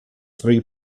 three